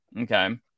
Okay